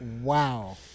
Wow